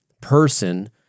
person